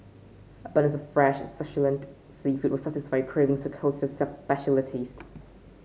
abundance of fresh succulent seafood will satisfy your cravings for coastal specialities